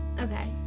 okay